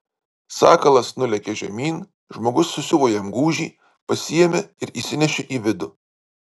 sakalas nulėkė žemyn žmogus susiuvo jam gūžį pasiėmė ir įsinešė į vidų